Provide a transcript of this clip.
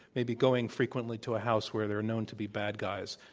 maybe going frequently to a house where there are known to be bad guys.